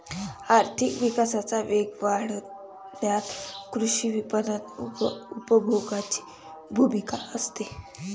आर्थिक विकासाचा वेग वाढवण्यात कृषी विपणन उपभोगाची भूमिका असते